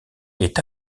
est